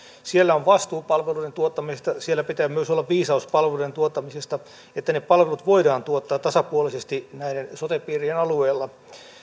siellä on vastuu palveluiden tuottamisesta ja siellä pitää myös olla viisaus palveluiden tuottamisesta että ne palvelut voidaan tuottaa tasapuolisesti näiden sote piirien alueella